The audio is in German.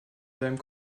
seinem